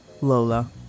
Lola